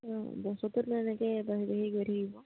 অঁ বছৰটোত এনেকে বাঢ়ি বাঢ়ি গৈ থাকিব